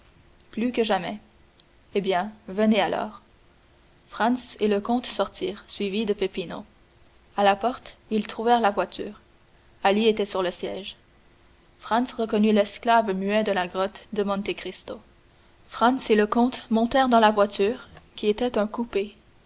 plus que jamais eh bien venez alors franz et le comte sortirent suivis de peppino à la porte ils trouvèrent la voiture ali était sur le siège franz reconnut l'esclave muet de la grotte de monte cristo franz et le comte montèrent dans la voiture qui était un coupé